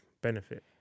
benefit